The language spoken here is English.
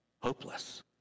hopeless